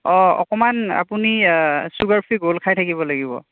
অঁ অকণমান আপুনি চুগাৰ ফ্ৰী গৌল্ড খায় থাকিব লাগিব